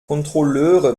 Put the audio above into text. kontrolleure